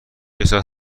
احساس